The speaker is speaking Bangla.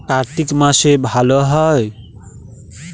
কার্তিক মাসে ভালো হয়?